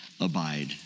abide